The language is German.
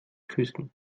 küssen